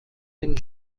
den